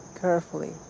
carefully